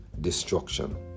destruction